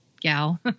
gal